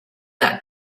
got